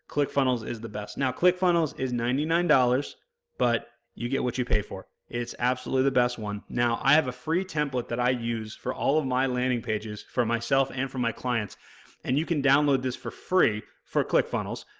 click funnels is the best. now, click funnels is ninety nine dollars but you get what you pay for. it's absolutely the best one. now, i have a free template that i use for all of my landing pages for myself and for my clients and you can download this for free for click funnels,